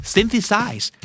Synthesize